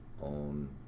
on